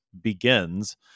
begins